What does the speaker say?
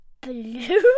blue